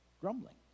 grumbling